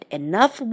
enough